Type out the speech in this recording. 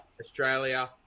Australia